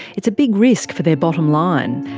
it's a big risk for their bottom line.